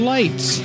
Lights